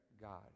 God